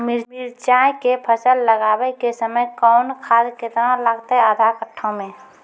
मिरचाय के फसल लगाबै के समय कौन खाद केतना लागतै आधा कट्ठा मे?